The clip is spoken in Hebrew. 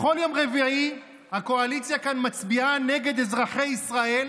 בכל יום רביעי הקואליציה כאן מצביעה נגד אזרחי ישראל